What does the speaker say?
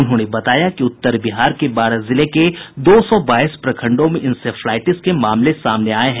उन्होंने बताया कि उत्तर बिहार के बारह जिले के दो सौ बाईस प्रखंडों में इंसेफ्लाईटिस के मामले सामने आये हैं